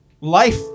life